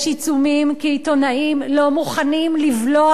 יש עיצומים כי עיתונאים לא מוכנים לבלוע